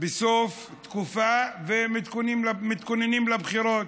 בסוף תקופה ומתכוננים לבחירות,